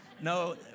no